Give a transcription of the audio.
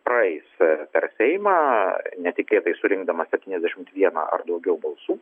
praeis per seimą netikėtai surinkdamas septyniasdešimt vieną ar daugiau balsų